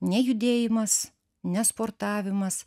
nejudėjimas nesportavimas